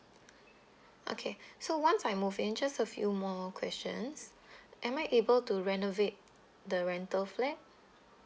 okay so once I move in just a few more questions am I able to renovate the rental flat